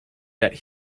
that